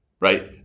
right